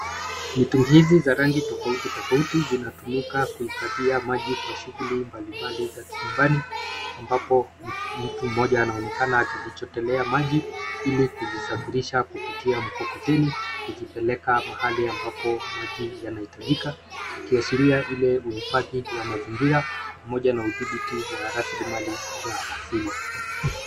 Mitungi hizi za rangi tofauti tofauti zinatumika kuhifadhia maji kwa shughuli mbali mbali za kinyumbani ambapo mtu mmoja anaonekana akivichotelea maji ili kuzisafirisha kupitia mkokoteni akipeleka mahali ambapo maji yanahitajika ikiashiria ile uhifadhi wa mazingira pamoja na udhibiti wa rasili mali za asili.